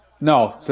No